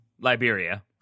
Liberia